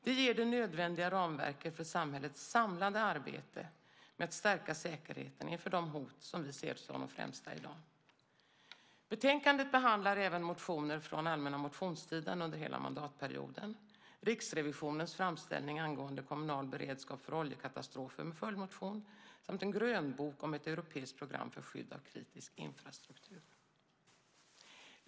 Det ger det nödvändiga ramverket för samhällets samlade arbete med att stärka säkerheten inför de hot som vi ser som de främsta i dag. Betänkandet behandlar även motioner från allmänna motionstiden under hela mandatperioden, Riksrevisionens framställning angående kommunal beredskap för oljekatastrofer med följdmotion samt en grönbok om ett europeiskt program för skydd av kritisk infrastruktur.